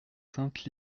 sainte